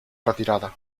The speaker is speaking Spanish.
retirada